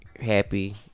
Happy